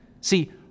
See